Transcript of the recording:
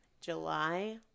July